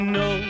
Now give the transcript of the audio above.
no